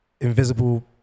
invisible